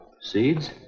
Seeds